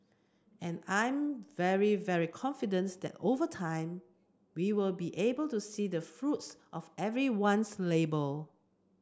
and I'm very very confidence that over time we will be able to see the fruits of everyone's labour